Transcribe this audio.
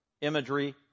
imagery